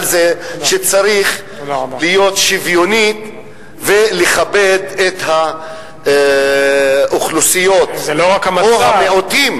זה שצריך להיות שוויוני ולכבד את האוכלוסיות או המיעוטים.